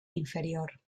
inferior